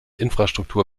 infrastruktur